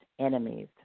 enemies